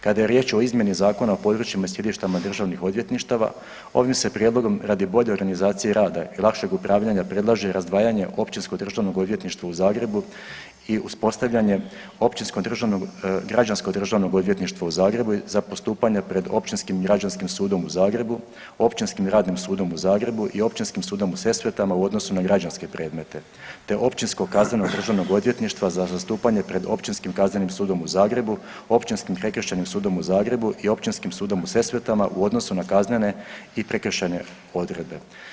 Kada je riječ o izmjeni Zakona o područjima i sjedištima državnih odvjetništava, ovim se prijedlogom radi bolje organizacije rada i lakšeg upravljanja, predlaže razdvajanja Općinskog državnog odvjetništva u Zagrebu i uspostavljanje Općinskog državnog građansko državnog odvjetništva u Zagrebu za postupanje pred Općinskim građanskim sudom u Zagrebu, Općinskim radnim sudom u Zagrebu i Općinskim sudom u Sesvetama u odnosu na građanske predmete te Općinskog kaznenog državnog odvjetništva za zastupanje pred Općinskim kaznenim sudom u Zagrebu, Općinskim prekršajnim sudom u Zagrebu te Općinskim sudom u Sesvetama u odnosu na kaznene i prekršajne odredbe.